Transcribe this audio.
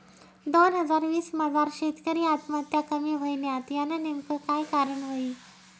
दोन हजार वीस मजार शेतकरी आत्महत्या कमी व्हयन्यात, यानं नेमकं काय कारण व्हयी?